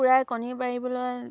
কুকুৰাই কণী পাৰিবলৈ